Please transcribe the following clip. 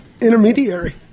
intermediary